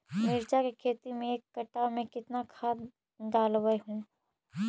मिरचा के खेती मे एक कटा मे कितना खाद ढालबय हू?